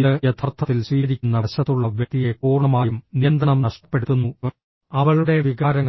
ഇത് യഥാർത്ഥത്തിൽ സ്വീകരിക്കുന്ന വശത്തുള്ള വ്യക്തിയെ പൂർണ്ണമായും നിയന്ത്രണം നഷ്ടപ്പെടുത്തുന്നു അവളുടെ വികാരങ്ങൾ